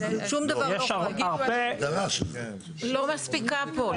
היא לא מספיקה פה.